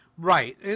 Right